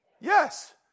Yes